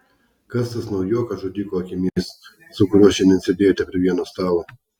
kas tas naujokas žudiko akimis su kuriuo šiandien sėdėjote prie vieno stalo